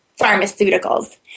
pharmaceuticals